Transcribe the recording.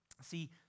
See